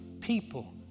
people